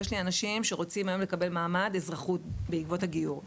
יש לי אנשים שרוצים היום לקבל מעמד אזרחות בעקבות הגיור.